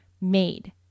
made